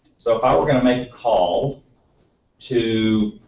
so if i were going to make a call to